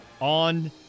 On